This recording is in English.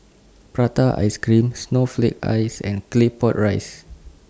Prata Ice Cream Snowflake Ice and Claypot Rice